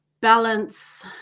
balance